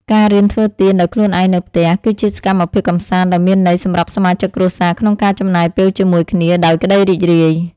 ការរៀនធ្វើទៀនដោយខ្លួនឯងនៅផ្ទះ គឺជាសកម្មភាពកម្សាន្តដ៏មានន័យសម្រាប់សមាជិកគ្រួសារក្នុងការចំណាយពេលជាមួយគ្នាដោយក្ដីរីករាយ។